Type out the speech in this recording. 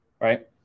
Right